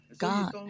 God